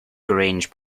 grange